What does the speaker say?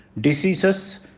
diseases